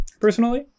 personally